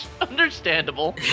understandable